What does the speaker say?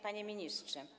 Panie Ministrze!